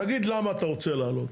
תגיד למה אתה רוצה להעלות,